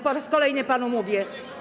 Po raz kolejny panu to mówię.